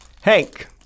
Hank